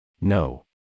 No